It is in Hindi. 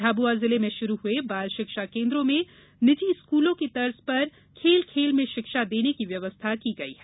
झाबुआ जिले में शुरू हुए बाल शिक्षा केन्द्रों में निजी स्कूलों की तर्ज पर खेल खेल में शिक्षा देने की व्यवस्था की गई है